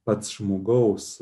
pats žmogaus